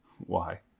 why,